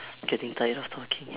getting tired of talking